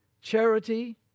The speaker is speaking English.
charity